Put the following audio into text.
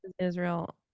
israel